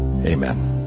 Amen